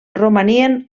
romanien